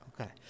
Okay